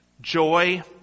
Joy